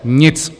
Nic.